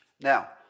Now